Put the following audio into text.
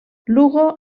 lugo